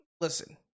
Listen